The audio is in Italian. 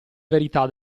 verità